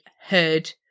heard